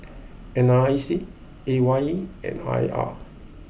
N R I C A Y E and I R